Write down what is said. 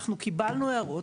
אנחנו קיבלנו הערות,